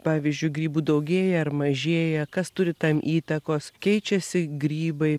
pavyzdžiui grybų daugėja ar mažėja kas turi tam įtakos keičiasi grybai